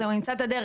הוא ימצא את הדרך,